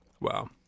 Wow